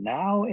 now